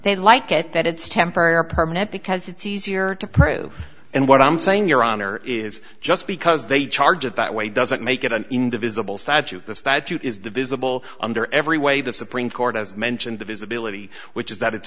they like it that it's temporary or permanent because it's easier to prove and what i'm saying your honor is just because they charge it that way doesn't make it an invisible statute the statute is the visible under every way the supreme court has mentioned the visibility which is that it's